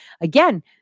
again